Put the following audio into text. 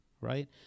right